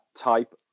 type